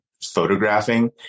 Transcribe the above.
photographing